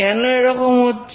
কেন এরকম হচ্ছে